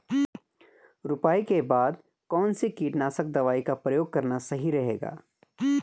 रुपाई के बाद कौन सी कीटनाशक दवाई का प्रयोग करना सही रहेगा?